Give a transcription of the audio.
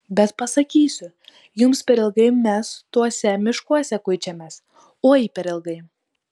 bet pasakysiu jums per ilgai mes tuose miškuose kuičiamės oi per ilgai